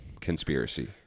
conspiracy